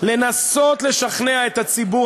לנסות לשכנע את הציבור,